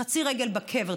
חצי רגל בקבר,